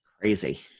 Crazy